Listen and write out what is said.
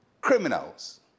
criminals